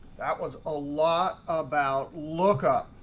that was a lot about lookup.